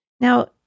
Now